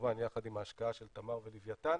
כמובן יחד עם ההשקעה של תמר ולווייתן,